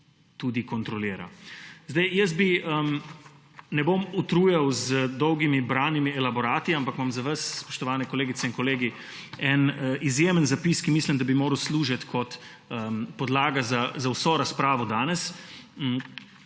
tudi kontrolira. Zdaj, jaz bi, ne bom utrujal z dolgimi branimi elaborati, ampak imam za vas, spoštovane kolegice in kolegi, en izjemen zapis, ki mislim, da bi moral služiti kot podlaga za vso razpravo danes